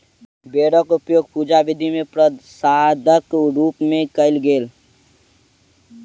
बेरक उपयोग पूजा विधि मे प्रसादक रूप मे कयल गेल